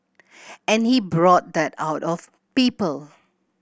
and he brought that out of people